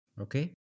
Okay